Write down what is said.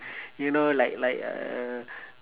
you know like like a